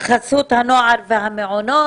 ממונה על חסות הנוער והמעונות.